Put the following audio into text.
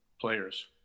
players